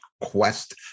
quest